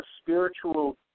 spiritual